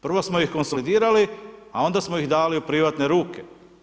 Prvo smo ih konsolidirali, a onda smo ih dali u privatne ruke.